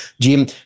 Jim